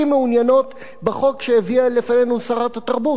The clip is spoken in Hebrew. מעוניינות בחוק שהביאה לפנינו שרת התרבות.